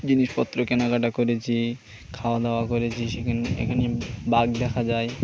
জিনিসপত্র কেনাকাটা করেছি খাওয়া দাওয়া করেছি সেখানে এখানে বাঘ দেখা যায়